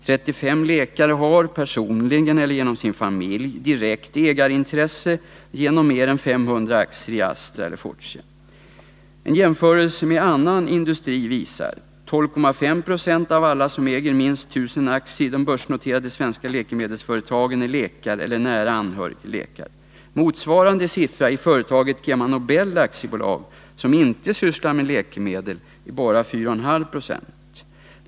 35 läkare har, personligen eller genom sin familj, direkt ägarintresse genom mer än 500 aktier i Astra eller Fortia. En jämförelse med annan industri visar: Motsvarande siffra i företaget KemaNobel AB, som inte sysslar med läkemedel, är bara 4,5 proc.